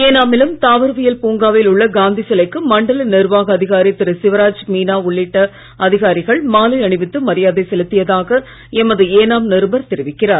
ஏனாமிலும் தாவரவியல் பூங்காவில் உள்ள காந்தி சிலைக்கு மண்டல நிர்வாக அதிகாரி திரு சிவராஜ் மீனா உள்ளிட்ட அதிகாரிகள் மாலை அணிவித்து மரியாதை செலுத்தியதாக எமது ஏனாம் நிருபர் தெரிவிக்கிறார்